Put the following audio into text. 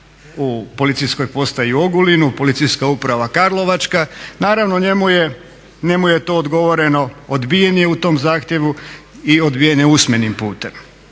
u Policijskoj postaji Ogulin, Policijska uprava Karlovačka, naravno njemu je to odgovoreno, odbijen je u tom zahtjevu i odbijen je usmenim putem.